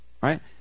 Right